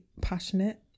passionate